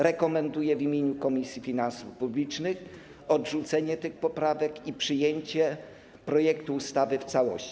Rekomenduję w imieniu Komisji Finansów Publicznych odrzucenie tych poprawek i przyjęcie projektu ustawy w całości.